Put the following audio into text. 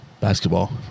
Basketball